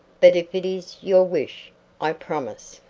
but if it is your wish i promise.